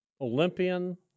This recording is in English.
Olympian